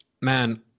man